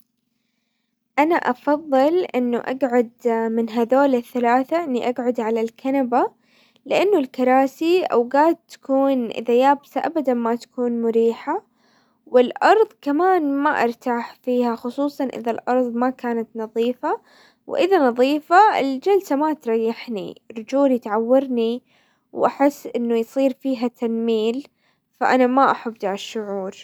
انا افضل انه اقعد من هذول الثلاثة اني اقعد على الكنبة لانه الكراسي اوقات تكون اذا يابسة ابدا ما تكون مريحة، والارض كمان ما ارتاح فيها، خصوصا اذا الارض ما كانت نظيفة، واذا نظيفه الجلسة ما تريحني رجولي تعورني، واحس انه يصير فيها تنميل، فانا ما احب دع الشعور.